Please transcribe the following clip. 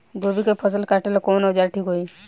गोभी के फसल काटेला कवन औजार ठीक होई?